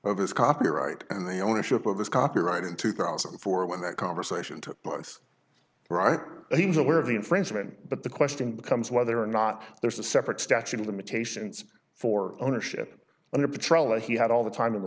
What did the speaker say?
of his copyright and the ownership of this copyright in two thousand and four when that conversation took place right he was aware of the infringement but the question becomes whether or not there's a separate statute of limitations for ownership on a patrol that he had all the time in the